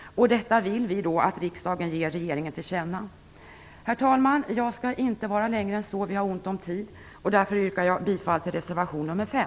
Detta vill vi att riksdagen ger regeringen till känna. Herr talman! Jag skall inte tala längre än så, vi har ont om tid. Jag yrkar bifall till reservation nr 5.